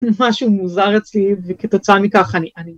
משהו מוזר אצלי וכתוצאה מכך אני